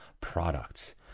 products